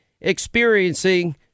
experiencing